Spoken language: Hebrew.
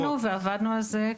ישבנו ועבדנו על זה,